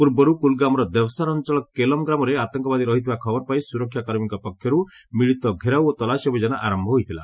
ପୂର୍ବରୁ କୁଲ୍ଗାମ୍ର ଦେଭ୍ସାର ଅଞ୍ଚଳ କେଲମ୍ ଗ୍ରାମରେ ଆତଙ୍କବାଦୀ ରହିଥିବା ଖବର ପାଇ ସୁରକ୍ଷା କର୍ମୀଙ୍କ ପକ୍ଷରୁ ମିଳିତ ଘେରାଉ ଓ ତଲାସୀ ଅଭିଯାନ ଆରମ୍ଭ ହୋଇଥିଲା